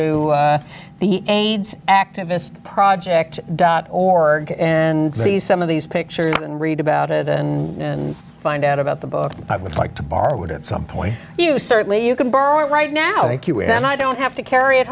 to the aids activist project dot org and see some of these pictures and read about it in find out about the book i would like to borrow it at some point you certainly you can borrow it right now and i don't have to carry